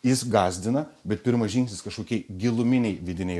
jis gąsdina bet pirmas žingsnis kažkokie giluminei vidinei